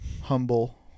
Humble